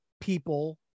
people